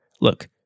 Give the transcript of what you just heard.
Look